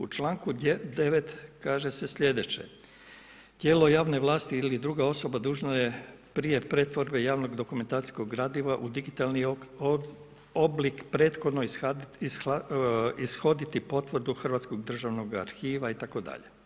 U čl. 9. kaže se slijedeće, tijelo javne vlasti ili druga osoba dužna je prije pretvorbe javnog dokumentacijskog gradiva u digitalni oblik prethodno ishoditi potvrdu Hrvatskog državnog arhiva itd.